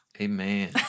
Amen